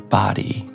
body